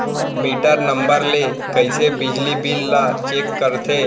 Metre number ले कइसे बिजली बिल ल चेक करथे?